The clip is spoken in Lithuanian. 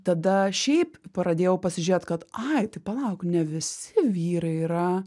tada šiaip pradėjau pasižiūrėt kad ai palauk ne visi vyrai yra